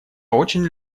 очень